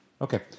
Okay